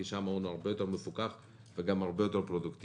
כי שם ההון הוא הרבה יותר מפוקח וגם הרבה יותר פרודוקטיבי.